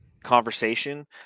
conversation